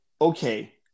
okay